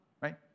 right